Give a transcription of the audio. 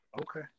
Okay